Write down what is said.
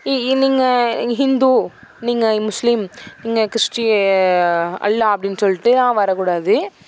இ நீங்கள் ஹிந்து நீங்கள் முஸ்லிம் நீங்க கிறிஸ்ட்டி அல்லா அப்படின்னு சொல்லிட்டு வரக்கூடாது